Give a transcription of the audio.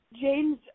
James